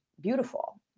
beautiful